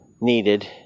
needed